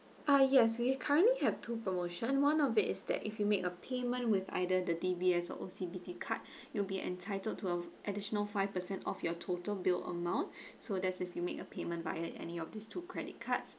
ah yes we currently have two promotion one of it is that if you make a payment with either the D_B_S or O_C_B_C card you'll be entitled to additional five percent off your total bill amount so that's if you make a payment via any of these two credit cards